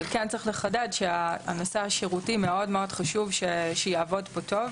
אבל כן צריך לחדד שמאוד-מאוד חשוב שהנושא השירותי יעבוד פה טוב.